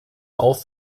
auf